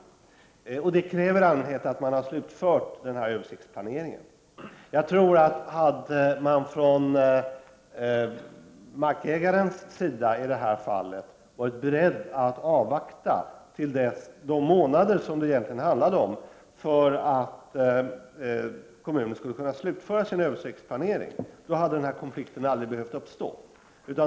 Det i sin tur kräver i allmänhet att man har slutfört översiktsplaneringen. Hade markägaren i det här fallet varit beredd att avvakta de månader som det egentligen handlade om för att kommunen skulle kunna slutföra sin översiktsplanering, hade denna konflikt aldrig behövt uppstå.